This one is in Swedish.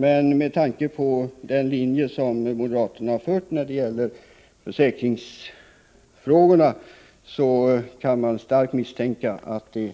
Men med tanke på den linje som moderaterna följt när det gäller försäkringsfrågorna kan det starkt misstänkas att det